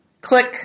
Click